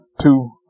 Two